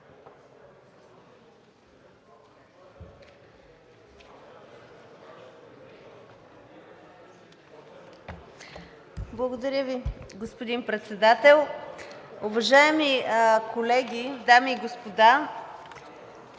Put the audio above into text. Благодаря Ви, господин Председател. Уважаеми колеги, дами и господа!